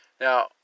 Now